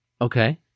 Okay